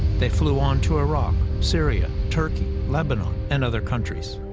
they flew on to iraq, syria, turkey, lebanon, and other countries.